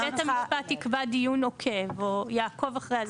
אז בית המשפט יקבע דיון עוקב או יעקוב אחרי זה,